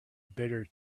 bitter